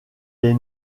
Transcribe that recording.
des